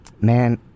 Man